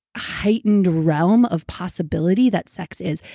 heightened realm of possibility that sex is.